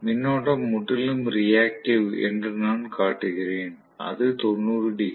மின்னோட்டம் முற்றிலும் ரியாக்ட்டிவ் என்று நான் காட்டுகிறேன் அது 90 டிகிரி